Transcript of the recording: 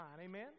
Amen